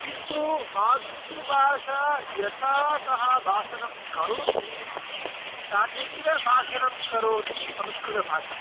किन्तु मातृभाषा यथा सः भाषणं करोति तथैव भाषणं करोति संस्कृतभाषा